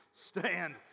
stand